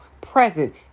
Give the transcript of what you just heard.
present